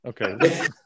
Okay